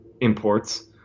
imports